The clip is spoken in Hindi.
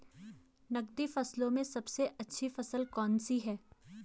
नकदी फसलों में सबसे अच्छी फसल कौन सी है?